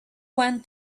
went